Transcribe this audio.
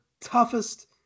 toughest